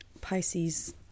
pisces